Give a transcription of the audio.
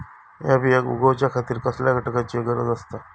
हया बियांक उगौच्या खातिर कसल्या घटकांची गरज आसता?